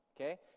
Okay